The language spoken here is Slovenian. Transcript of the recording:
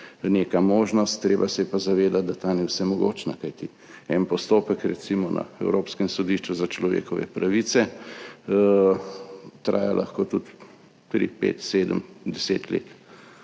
neka možnost. Treba se je pa zavedati, da ta ni vsemogočna. Kajti en postopek recimo na Evropskem sodišču za človekove pravice lahko traja tudi tri, pet,